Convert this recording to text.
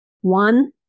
One